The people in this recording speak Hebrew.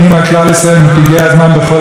וזה היסוד לקיום העם היהודי.